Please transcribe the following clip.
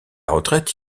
retraite